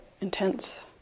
intense